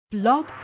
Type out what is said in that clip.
Blog